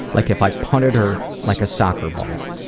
like, if i punted her like a soccer ball.